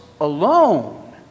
alone